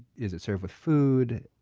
is it served with food?